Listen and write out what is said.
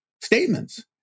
statements